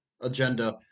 agenda